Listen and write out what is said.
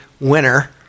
Winner